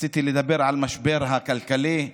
רציתי לדבר על המשבר הכלכלי,